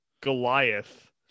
Goliath